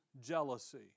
jealousy